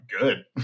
good